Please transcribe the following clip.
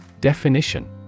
Definition